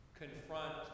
confront